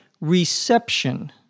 reception